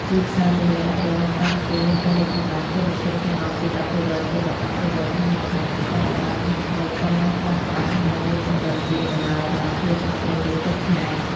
ទីផ្សារធានារ៉ាប់រងនៅកម្ពុជាមានការរីកចម្រើនជាមធ្យមចន្លោះពី ១០% ទៅ ១៥% ក្នុងមួយឆ្នាំ ប៉ុន្តែអត្រានៃការប្រើប្រាស់ នៅមានកម្រិតទាបនៅឡើយបើធៀបនឹងប្រទេសជិតខាង។